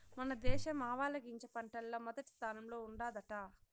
మన దేశం ఆవాలగింజ పంటల్ల మొదటి స్థానంలో ఉండాదట